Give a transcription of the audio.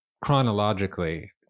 chronologically